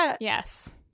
Yes